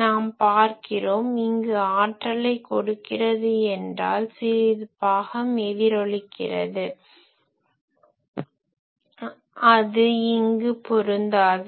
நாம் பார்க்கிறோம் இங்கு ஆற்றலை கொடுக்கிறது என்றால் சிறிது பாகம் எதிரொலிக்கிறது அது இங்கு பொருந்தாது